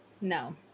No